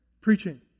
Preaching